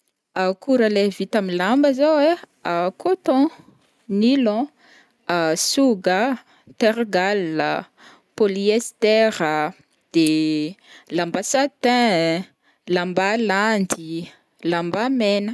Akora leha vita amin'ny lamba zao ai: côton, nilon, soga, tergal a, polyester a, de lamba satin, lamba Landy, lamba mena.